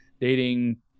dating